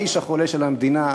האיש החולה של המדינה.